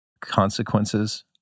consequences